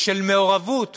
של מעורבות